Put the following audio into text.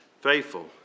faithful